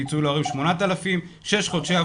8,000 שקלים פיצוי להורים,